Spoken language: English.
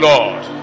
Lord